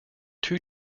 two